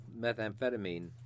methamphetamine